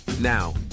Now